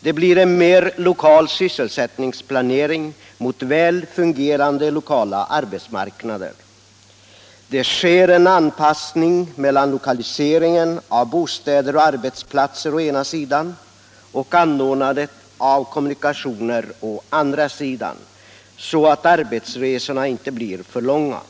Det blir en mer lokal sysselsättningsplanering med sikte på väl fungerande lokala arbetsmarknader. Det sker en anpassning mellan lokaliseringen av bostäder och arbetsplatser å ena sidan och anordnandet av kommunikationer å andra sidan, så att arbetsresorna inte blir för långa.